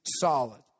solid